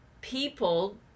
people